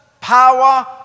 power